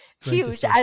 Huge